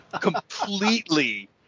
completely